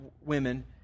women